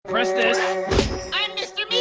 press this i'm mr